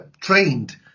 trained